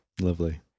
Lovely